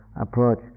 approach